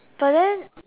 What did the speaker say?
but then